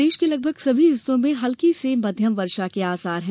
प्रदेश के लगभग सभी हिस्सों में हल्की से मध्य वर्षा के आसार है